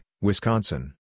Wisconsin